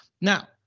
Now